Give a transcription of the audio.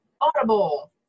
Audible